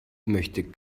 möchte